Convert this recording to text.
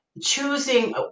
choosing